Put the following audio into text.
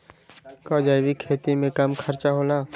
का जैविक खेती में कम खर्च होला?